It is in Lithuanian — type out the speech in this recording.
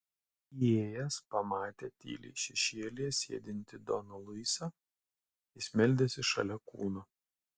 įėjęs pamatė tyliai šešėlyje sėdintį doną luisą jis meldėsi šalia kūno